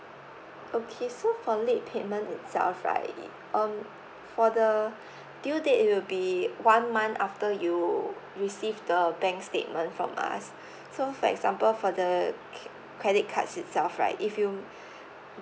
okay so for the late payment itself right um for the due date it will be one month after you receive the bank statement from us so for example for the credit cards itself right if you